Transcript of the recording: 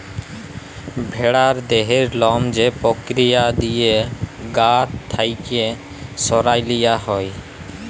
ভেড়ার দেহের লম যে পক্রিয়া দিঁয়ে গা থ্যাইকে সরাঁয় লিয়া হ্যয়